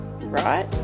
right